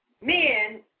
men